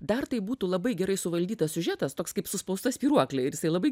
dar tai būtų labai gerai suvaldytas siužetas toks kaip suspausta spyruoklė ir jisai labai